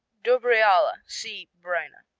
dubreala see brina.